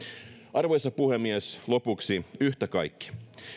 arvoisa puhemies lopuksi yhtä kaikki